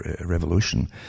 revolution